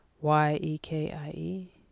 Y-E-K-I-E